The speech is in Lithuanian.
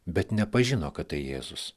bet nepažino kad tai jėzus